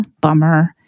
Bummer